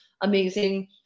Amazing